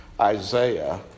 Isaiah